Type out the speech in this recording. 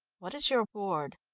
what is your ward?